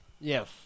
Yes